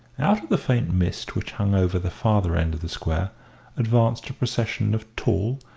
out of the faint mist which hung over the farther end of the square advanced a procession of tall,